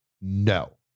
no